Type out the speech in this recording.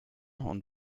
und